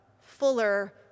fuller